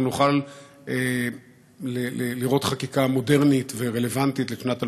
נוכל לראות חקיקה מודרנית ורלוונטית לשנת 2016?